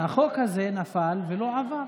החוק הזה נפל ולא עבר.